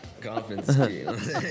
Confidence